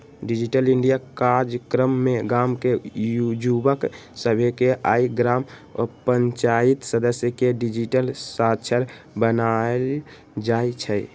digital India काजक्रम में गाम के जुवक सभके आऽ ग्राम पञ्चाइत सदस्य के डिजिटल साक्षर बनाएल जाइ छइ